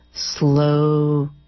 slow